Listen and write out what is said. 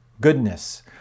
Goodness